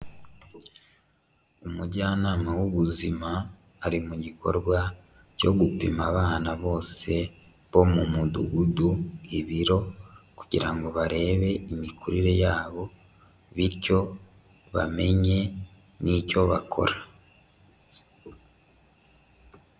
Umujyanama w'ubuzima ari mu gikorwa cyo gupima abana bose bo mu Mudugudu ibiro kugira ngo barebe imikurire yabo bityo bamenye n'icyo bakora.